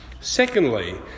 Secondly